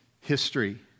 history